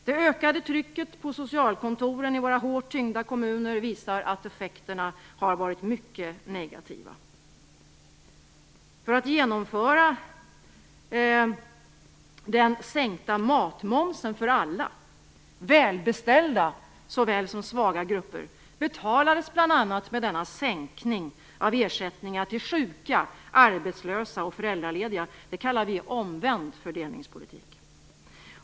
Det ökade trycket på socialkontoren i våra hårt tyngda kommuner visar att effekterna har varit mycket negativa. För att genomföra den sänkta matmomsen för alla, välbeställda såväl som svaga grupper, betalade man bl.a. med denna sänkning av ersättningar till sjuka, arbetslösa och föräldralediga. Det kallar vi omvänd fördelningspolitik.